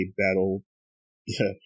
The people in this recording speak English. battle